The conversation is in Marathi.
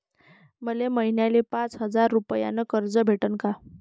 मले महिन्याले पाच हजार रुपयानं कर्ज भेटन का?